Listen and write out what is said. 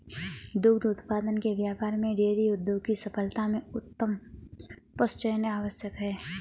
दुग्ध उत्पादन के व्यापार में डेयरी उद्योग की सफलता में उत्तम पशुचयन आवश्यक है